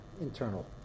internal